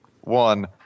One